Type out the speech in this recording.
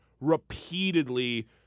repeatedly